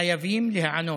חייבים להיענות,